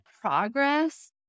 progress